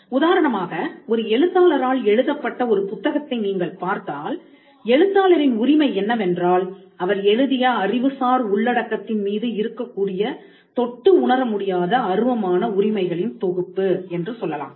உதாரணமாக ஒரு எழுத்தாளரால் எழுதப்பட்ட ஒரு புத்தகத்தை நீங்கள் பார்த்தால் எழுத்தாளரின் உரிமை என்னவென்றால் அவர் எழுதிய அறிவுசார் உள்ளடக்கத்தின் மீது இருக்கக்கூடிய தொட்டு உணர முடியாத அருவமான உரிமைகளின் தொகுப்பு என்று சொல்லலாம்